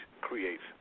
creates